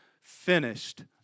finished